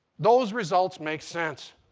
those results make sense.